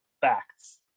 facts